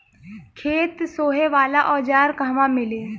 खेत सोहे वाला औज़ार कहवा मिली?